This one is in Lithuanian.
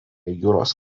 jūros